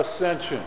ascension